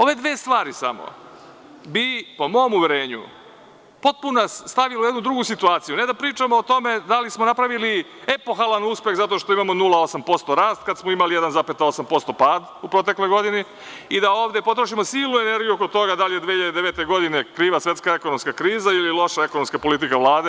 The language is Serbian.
Ove dve stvari samo bi, po mom uverenju, potpuno nas stavile u jednu drugu situaciju, a ne da pričamo o tome da li smo napravili epohalan uspeh zato što imamo 0,8% rasta, kad smo imali 1,8% pad u protekloj godini i da ovde potrošimo silnu energiju oko toga da li je 2009. godine kriva svetska ekonomska kriza ili loša ekonomska politika Vlade.